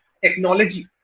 technology